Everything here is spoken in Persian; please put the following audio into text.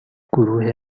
گروه